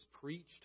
preached